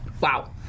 Wow